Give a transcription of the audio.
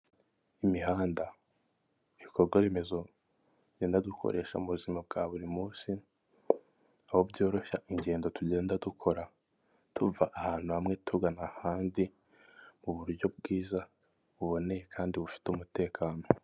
Imihanda, ibikorwa remezo tugenda dukoresha mu buzima bwa buri munsi aho byoroshya ingendo tugenda dukora tuva ahantu hamwe tugana ahandi mu buryo bwiza buboneye kandi bufite umutekano.